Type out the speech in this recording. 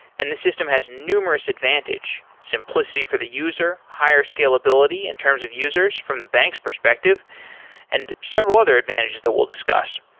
and this system has numerous advantage simplicity for the user, higher scalability in terms of users from the bank's perspective and several other advantages that we'll discuss.